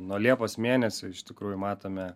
nuo liepos mėnesio iš tikrųjų matome